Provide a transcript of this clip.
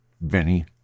Benny